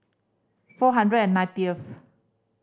four hundred and ninetieth